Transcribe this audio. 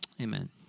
Amen